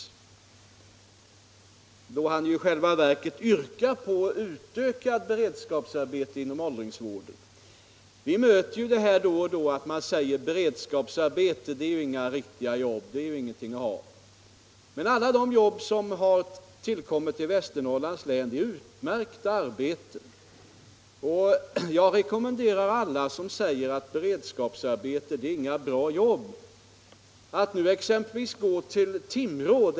Herr Lorentzon yrkar i själva verket på ett utökat beredskapsarbete inom åldringsvården. Vi stöter då och då på den här uppfattningen om att beredskapsarbeten inte är riktiga jobb. Men alla de jobb som har tillkommit i Västernorrlands län är ju utmärkta arbeten, och jag rekommenderar alla som säger att beredskapsarbeten inte är några bra jobb att se på Timrå.